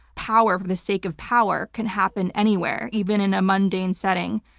power for the sake of power can happen anywhere, even in a mundane setting.